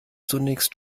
zunächst